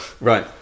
right